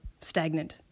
stagnant